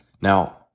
Now